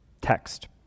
text